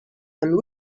and